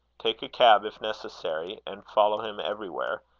take a cab, if necessary, and follow him everywhere,